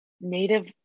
native